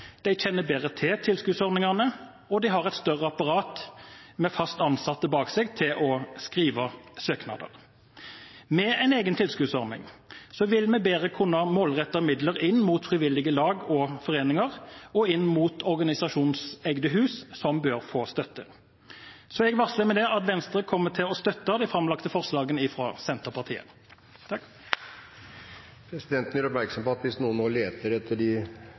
De kjenner bedre til tilskuddsordningene, og de har et større apparat med fast ansatte bak seg til å skrive søknader. Med en egen tilskuddsordning vil vi bedre kunne målrette midler inn mot frivillige lag og foreninger og inn mot organisasjonseide hus som bør få støtte. Jeg varsler med det at Venstre kommer til å støtte de framlagte forslagene fra Senterpartiet. Presidenten gjør oppmerksom på at hvis noen nå leter etter de